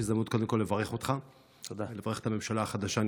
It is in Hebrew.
זאת הזדמנות לברך אותך קודם כול ולברך את הממשלה החדשה,